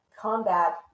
combat